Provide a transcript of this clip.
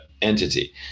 entity